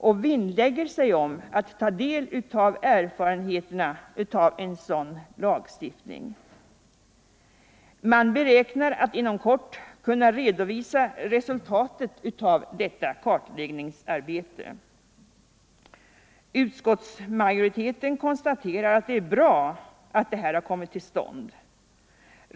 Man vinnlägger sig om att ta del av erfarenheterna, Torsdagen den och man räknar med att inom kort kunna redovisa resultatet av detta 28 november 1974 kartläggningsarbete. Utskottsmajoriteten konstaterar att det är bra att detta har kommit Jämställdhet till stånd.